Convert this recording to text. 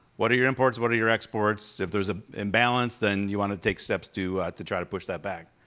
what are your imports, what are your exports. if there's an ah imbalance, then you wanna take steps to to try to push that back.